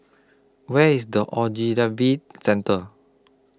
Where IS The Ogilvy Centre